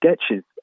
sketches